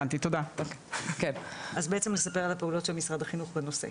בעצם אספר על הפעולות של משרד החינוך בנושא,